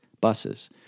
buses